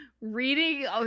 reading